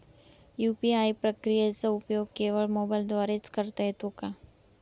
UPI प्रक्रियेचा उपयोग केवळ मोबाईलद्वारे च करता येतो का?